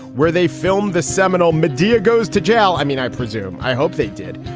where they filmed the seminal madea goes to jail. i mean, i presume. i hope they did.